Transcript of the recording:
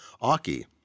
Aki